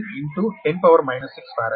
677 10 6 farad